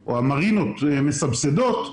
או המרינות מסבסדות,